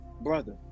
brother